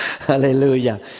Hallelujah